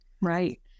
Right